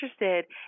interested